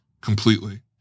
completely